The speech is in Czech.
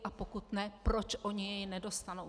A pokud ne, proč oni jej nedostanou.